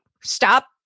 stop